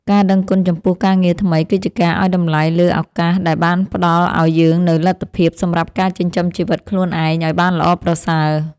ការដឹងគុណចំពោះការងារថ្មីគឺជាការឱ្យតម្លៃលើឱកាសដែលបានផ្ដល់ឱ្យយើងនូវលទ្ធភាពសម្រាប់ការចិញ្ចឹមជីវិតខ្លួនឯងឱ្យបានល្អប្រសើរ។